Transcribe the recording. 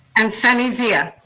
and sunny zia.